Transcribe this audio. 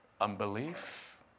unbelief